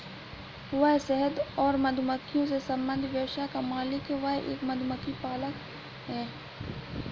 वह शहद और मधुमक्खियों से संबंधित व्यवसाय का मालिक है, वह एक मधुमक्खी पालक है